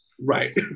Right